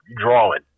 drawing